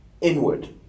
inward